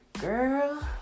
Girl